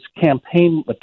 campaign